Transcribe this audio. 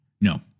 No